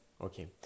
Okay